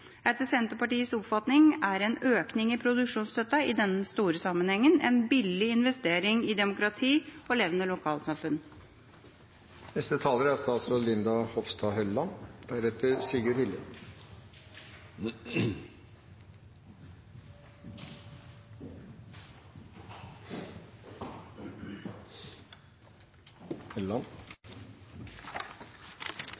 Etter Senterpartiets oppfatning er en økning i produksjonsstøtten i den store sammenhengen en billig investering i demokrati og levende